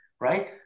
right